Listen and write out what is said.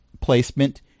placement